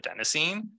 adenosine